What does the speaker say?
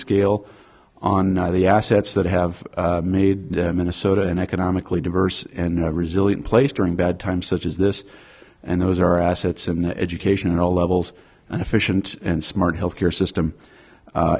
scale on the assets that have made minnesota an economically diverse and resilient place during bad times such as this and those are assets in education at all levels and efficient and smart health care system